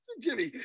Jimmy